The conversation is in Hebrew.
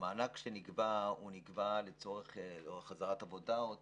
המענק שנקבע הוא נקבע לצורך או להחזרה לעבודה או תמרוץ.